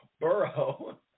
Burrow